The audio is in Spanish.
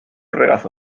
regazo